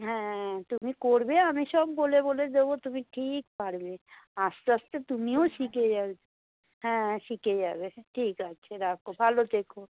হ্যাঁ তুমি করবে আমি সব বলে বলে দেবো তুমি ঠিক পারবে আস্তে আস্তে তুমিও শিখে যাবে হ্যাঁ শিখে যাবে ঠিক আছে রাখো ভালো থেকো